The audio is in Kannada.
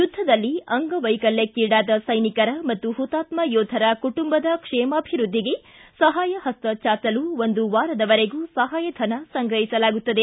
ಯುದ್ಧದಲ್ಲಿ ಅಂಗವೈಕಲ್ಯಕ್ಷಿಡಾದ ಸೈನಿಕರ ಹಾಗೂ ಹುತಾತ್ಮ ಯೋಧರ ಕುಟುಂಬದ ಕ್ಷೇಮಾಭಿವೃದ್ದಿಗೆ ಸಹಾಯಹಸ್ತ ಚಾಚಲು ಒಂದು ವಾರದವರೆಗೂ ಸಹಾಯಧನ ಸಂಗ್ರಹಿಸಲಾಗುತ್ತದೆ